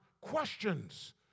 questions